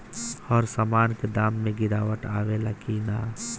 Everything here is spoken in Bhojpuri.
हर सामन के दाम मे गीरावट आवेला कि न?